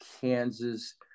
Kansas